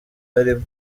yarimo